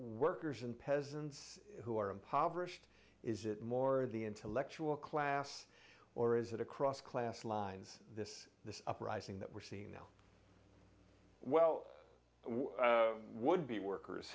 workers and peasants who are impoverished is it more the intellectual class or is it across class lines this this uprising that we're seeing now well what would be workers